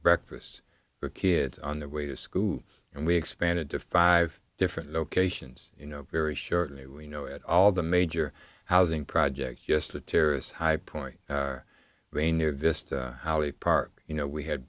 breakfast for kids on the way to school and we expanded to five different locations you know very shortly we know at all the major housing project just a terrorist high point rainier vista how they park you know we had